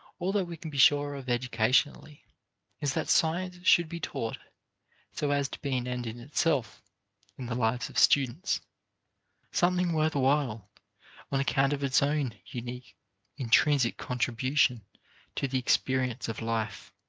all that we can be sure of educationally is that science should be taught so as to be an end in itself in the lives of students something worth while on account of its own unique intrinsic contribution to the experience of life.